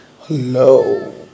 Hello